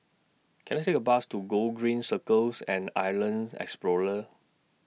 Can I Take A Bus to Gogreen Cycles and Islands Explorer